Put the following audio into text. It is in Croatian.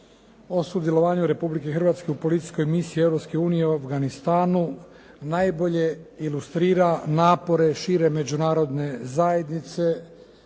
o sudjelovanju Republike Hrvatske u policijskoj misije Europske unije u Afganistanu najbolje ilustrira napore šire Međunarodne zajednice